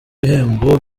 ibihembo